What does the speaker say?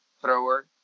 thrower